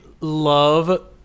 love